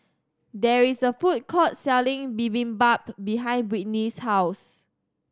there is a food court selling Bibimbap behind Britney's house